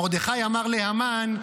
מרדכי אמר להמן: